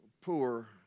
poor